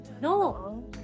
No